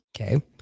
okay